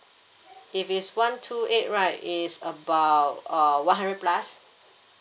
if it's one two eight right it's about uh one hundred plus